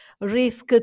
risk